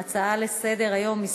עם הנגב והגליל, אם הוא יכול.